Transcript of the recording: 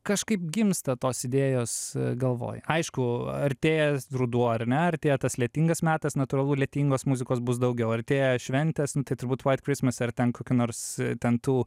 kažkaip gimsta tos idėjos galvoj aišku artėja ruduo ar ne artėja tas lietingas metas natūralu lietingos muzikos bus daugiau artėja šventės tai turbūt white christmas ar ten kokių nors ten tų